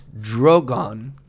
Drogon